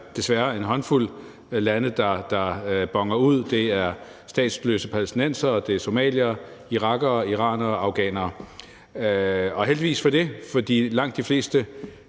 desværre en håndfuld lande, der boner ud: Det er statsløse palæstinensere, det er somaliere, irakere, iranere og afghanere. Og heldigvis for det, for langt de fleste